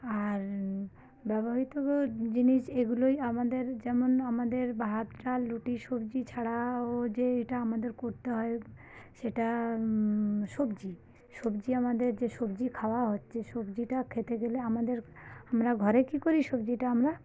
আর ব্যবহৃত জিনিস এগুলোই আমাদের যেমন আমাদের ভাত ডাল রুটি সবজি ছাড়াও যে এটা আমাদের করতে হয় সেটা সবজি সবজি আমাদের যে সবজি খাওয়া হচ্ছে সবজিটা খেতে গেলে আমাদের আমরা ঘরে কী করি সবজিটা আমরা